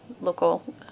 local